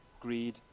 greed